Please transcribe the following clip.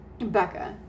Becca